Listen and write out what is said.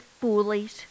foolish